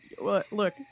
Look